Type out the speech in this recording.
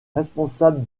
responsable